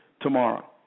tomorrow